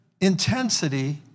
intensity